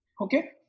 Okay